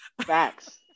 Facts